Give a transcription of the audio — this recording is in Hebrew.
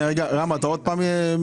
ויש עוד פרויקטים.